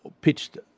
pitched